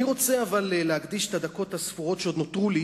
אבל אני רוצה להקדיש את הדקות הספורות שעוד נותרו לי